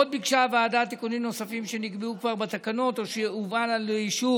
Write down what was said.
עוד ביקשה הוועדה תיקונים נוספים שנקבעו כבר בתקנות או שהובאו לאישור,